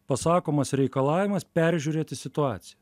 pasakomas reikalavimas peržiūrėti situaciją